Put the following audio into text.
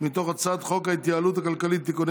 מתוך הצעת חוק ההתייעלות הכלכלית (תיקוני